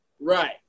Right